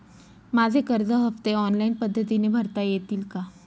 माझे कर्ज हफ्ते ऑनलाईन पद्धतीने भरता येतील का?